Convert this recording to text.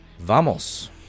Vamos